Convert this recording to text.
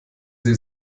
sie